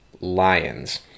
Lions